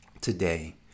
today